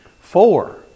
Four